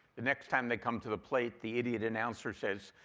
the next time they come to the plate, the idiot announcer says,